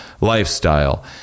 lifestyle